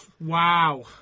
Wow